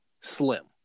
slim